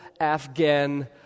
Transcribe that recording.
Afghan